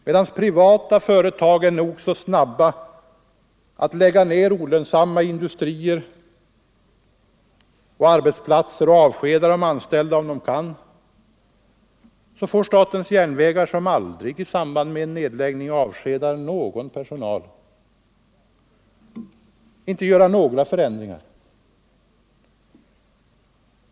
Medan privata företag är nog så snabba med att lägga ner olönsamma industrier och arbetsplatser samt avskeda de anställda — om de kan —- får statens järnvägar, som aldrig avskedar någon personal i samband med en nedläggning, inte göra några förändringar.